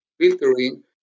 filtering